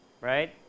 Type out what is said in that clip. right